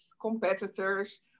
competitors